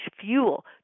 fuel